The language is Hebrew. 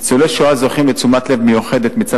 ניצולי שואה זוכים לתשומת לב מיוחדת מצד